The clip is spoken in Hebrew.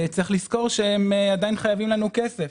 צריך לזכור שהם עדיין חייבים לנו כסף.